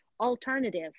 alternative